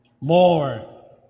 more